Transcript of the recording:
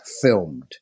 filmed